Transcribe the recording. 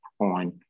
on